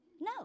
No